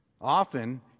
Often